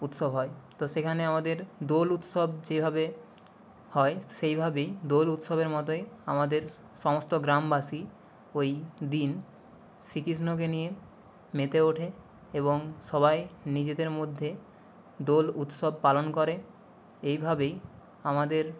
উৎসব হয় তো সেখানে আমাদের দোল উৎসব যেভাবে হয় সেইভাবেই দোল উৎসবের মতোই আমাদের সমস্ত গ্রামবাসী ওই দিন শ্রীকৃষ্ণকে নিয়ে মেতে ওঠে এবং সবাই নিজেদের মধ্যে দোল উৎসব পালন করে এইভাবেই আমাদের